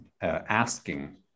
asking